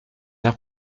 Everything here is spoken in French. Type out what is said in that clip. air